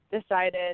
decided